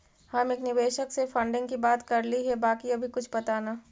हम एक निवेशक से फंडिंग की बात करली हे बाकी अभी कुछ पता न